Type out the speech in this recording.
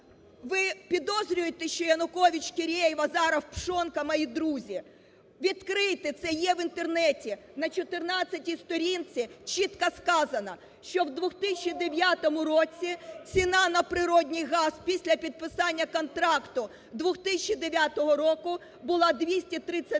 Ви підозрюєте, що Янукович, Кірєєв, Азаров, Пшонка мої друзі? Відкрийте, це є в Інтернеті, на 14-й сторінці чітко сказано, що в 2009 році ціна на природній газ після підписання контракту 2009 року була 232